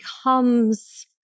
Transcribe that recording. becomes